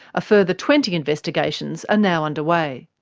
a further twenty investigations are now underway.